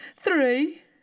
three